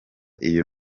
iyo